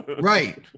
Right